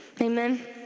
Amen